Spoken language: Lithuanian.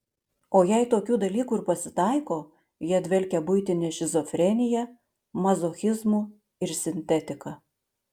o jei tokių dalykų ir pasitaiko jie dvelkia buitine šizofrenija mazochizmu ir sintetika